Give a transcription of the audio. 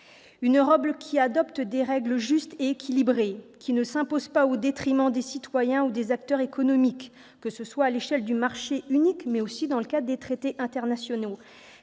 Une Europe qui adopte des règles justes et équilibrées, qui ne s'imposent pas au détriment des citoyens ou des acteurs économiques, que ce soit à l'échelle du marché unique, mais aussi dans le cadre des traités internationaux,